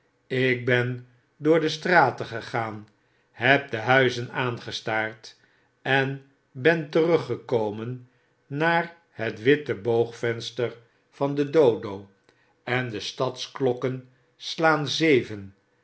ik ben door de straten gegaan heb de huizen aangestaard en ben teruggekomen naar het witte boog venster van de dodo en de stadsklokken slaan zeven